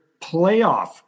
playoff